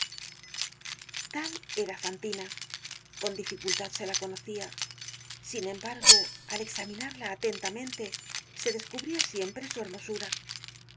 era fantina con dificultad se la conocía sin embargo al examinarla atentamente se descubria siempre su hermosura un